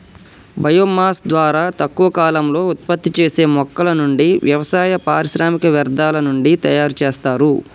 bio mass ద్వారా తక్కువ కాలంలో ఉత్పత్తి చేసే మొక్కల నుండి, వ్యవసాయ, పారిశ్రామిక వ్యర్థాల నుండి తయరు చేస్తారు